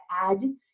add